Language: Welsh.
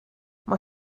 mae